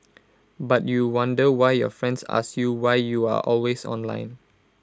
but you wonder why your friends ask you why you are always online